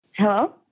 Hello